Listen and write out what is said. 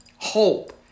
hope